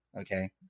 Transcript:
okay